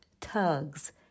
tugs